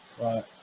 Right